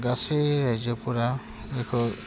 गासै राज्योफोरा बेखौ